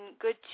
good